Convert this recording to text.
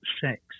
sex